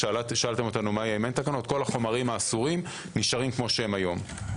שאלתם אותנו מה אם אין תקנות - כל החומרים האסורים נשארים כפי שהם היום.